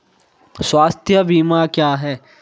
स्वास्थ्य बीमा क्या है?